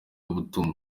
butumwa